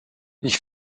ich